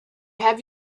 have